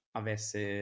avesse